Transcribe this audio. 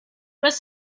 was